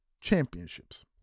championships